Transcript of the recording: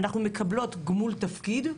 אנחנו מקבלות גמול תפקיד.